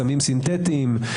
סמים סינתטיים,